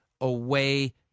Away